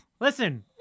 Listen